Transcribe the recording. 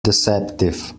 deceptive